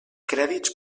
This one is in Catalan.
crèdits